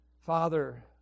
Father